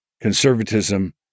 Conservatism